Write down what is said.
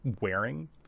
wearing